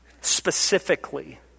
specifically